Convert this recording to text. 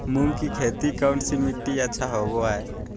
मूंग की खेती कौन सी मिट्टी अच्छा होबो हाय?